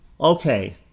Okay